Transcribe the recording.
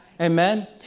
Amen